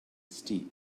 steep